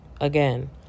Again